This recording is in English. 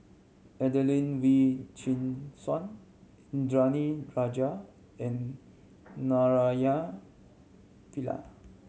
Adelene Wee Chin Suan Indranee Rajah and Naraina Pillai